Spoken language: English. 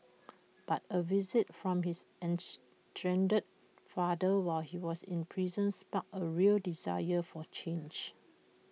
but A visit from his estranged father while he was in prison sparked A real desire for change